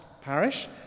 parish